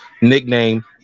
nickname